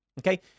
Okay